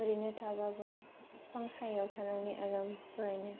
ओरैनो थाब्लाबो बिफां सायायाव थानानै आराम फरायनो